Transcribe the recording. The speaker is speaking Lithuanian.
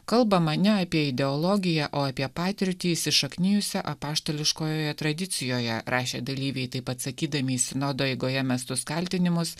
kalbama ne apie ideologiją o apie patirtį įsišaknijusią apaštališkojoje tradicijoje rašė dalyviai taip atsakydami į sinodo eigoje mestus kaltinimus